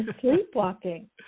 sleepwalking